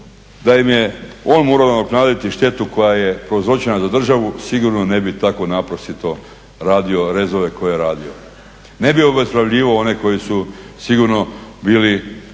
da im je on morao nadoknaditi štetu koja je prouzročena za državu sigurno ne bi tako … radio rezove koje je radio, ne bi obespravio one koji su sigurno bili